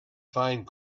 find